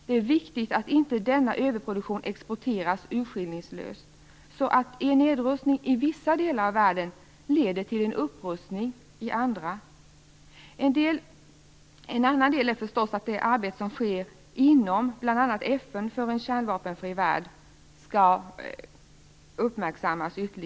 Det är viktigt att inte denna överproduktion exporteras urskillningslöst så att en nedrustning i vissa delar av världen leder till en upprustning i andra delar. En annan del är förstås att det arbete som sker inom bl.a. FN för en kärnvapenfri värld ytterligare bör uppmärksammas.